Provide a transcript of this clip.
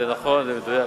זה נכון, זה מדויק.